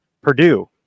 Purdue